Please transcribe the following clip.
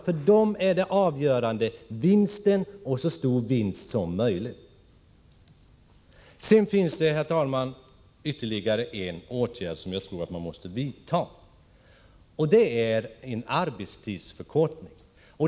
För dem är vinsten det avgörande — så stor vinst som möjligt. Det finns ytterligare en åtgärd som jag tror måste vidtas — en arbetstidsförkortning.